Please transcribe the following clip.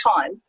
time